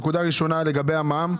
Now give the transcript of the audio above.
נקודה ראשונה לגבי המע"מ.